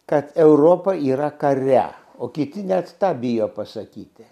kad europa yra kare o kiti nets tą bijo pasakyti